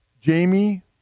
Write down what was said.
Jamie